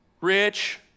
Rich